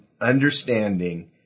understanding